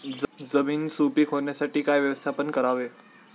जमीन सुपीक होण्यासाठी काय व्यवस्थापन करावे?